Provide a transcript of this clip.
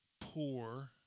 Poor